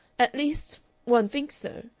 at least one thinks so.